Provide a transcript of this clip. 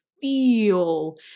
feel